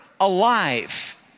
alive